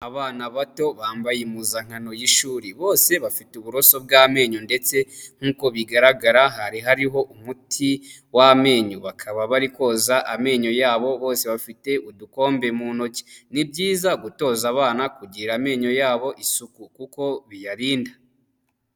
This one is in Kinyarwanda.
Abana bato bambaye impuzankano y'ishuri bose bafite uburoso bw'amenyo ndetse nk'uko bigaragara hari hariho umuti w'amenyo, bakaba bari koza amenyo yabo bose bafite udukombe mu ntoki. Ni byiza gutoza abana kugirira amenyo yabo isuku kuko biyarinda.